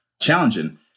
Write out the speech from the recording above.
challenging